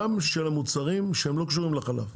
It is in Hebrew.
גם של המוצרים שהם לא קשורים לחלב.